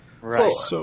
Right